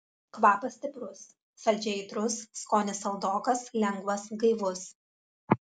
kvapas stiprus saldžiai aitrus skonis saldokas lengvas gaivus